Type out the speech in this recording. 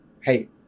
hey